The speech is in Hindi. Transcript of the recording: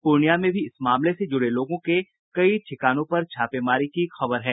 पूर्णिया में भी इस मामले से जुड़े लोगों के कई ठिकानों पर छापेमारी होने की खबर है